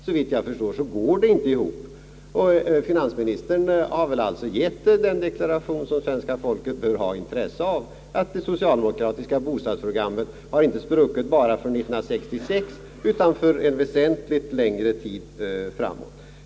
Såvitt jag förstår går det inte ihop, och finansministern har väl givit den deklaration som svenska folket bör ha intresse av, nämligen att det socialdemokratiska bostadsprogrammet har spruckit inte bara för 1966 utan för en avsevärt längre tid framåt.